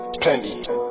Plenty